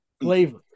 flavor